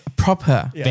Proper